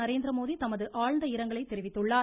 நரேந்திரமோடி தமது ஆழ்ந்த இரங்கலை தெரிவித்துள்ளார்